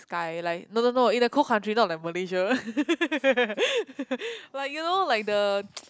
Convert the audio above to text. sky like no no no in a cold country not like Malaysia like you know like the